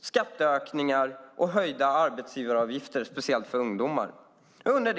skatteökningar och höjda arbetsgivaravgifter speciellt för ungdomar.